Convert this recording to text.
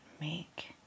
make